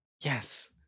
Yes